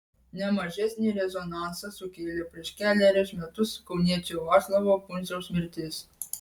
ne mažesnį rezonansą sukėlė prieš kelerius metus kauniečio vaclovo pundziaus mirtis